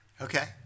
Okay